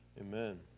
Amen